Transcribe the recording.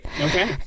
Okay